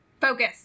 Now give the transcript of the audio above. Focus